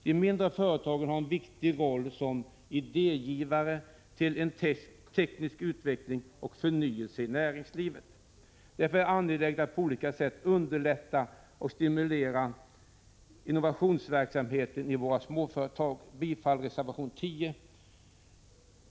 De mindre företagen spelar en viktig roll som idégivare när det gäller teknisk utveckling och förnyelse i näringslivet. Därför är det angeläget att på olika sätt underlätta och stimulera innovationsverksamheten i våra småföretag. Jag yrkar bifall till reservation 10.